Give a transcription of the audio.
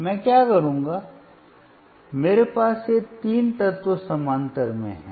मैं क्या करूँगा मेरे पास ये तीन तत्व समानांतर में हैं